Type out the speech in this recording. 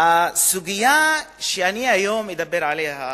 הסוגיה שאני אדבר עליה היום,